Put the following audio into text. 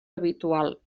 habitual